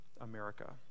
America